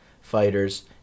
fighters